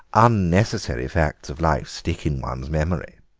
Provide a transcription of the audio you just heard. unnecessary facts of life stick in one's memory.